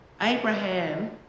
Abraham